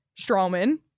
strawman